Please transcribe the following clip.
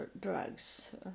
drugs